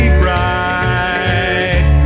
bright